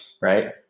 right